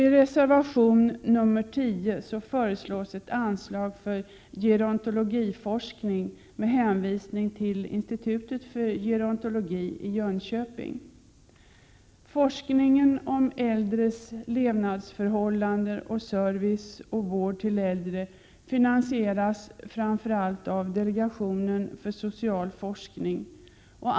I reservation 10 föreslås ett anslag för gerontologiforskning med hänvisning till Institutet för gerontologi i Jönköping. Forskningen om äldres levnadsförhållanden och om service och vård till äldre finansieras framför allt av delegationen för social forskning.